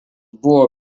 buvo